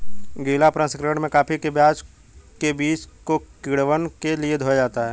गीला प्रसंकरण में कॉफी के बीज को किण्वन के लिए धोया जाता है